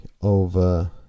Over